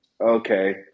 okay